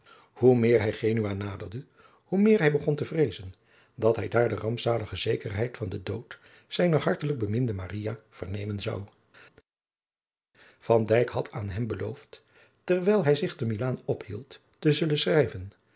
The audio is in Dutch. hoe meer hij genua naderde hoe meer hij begon te vreezen dat hij daar de rampzalige zekerheid van den dood zijner hartelijk beminde maria vernemen zou van dijk had aan hem beloofd terwijl hij zich te milaan ophield te zullen schrijven